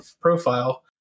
profile